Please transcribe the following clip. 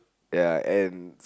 ya and